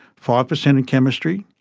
five percent in chemistry,